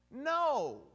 No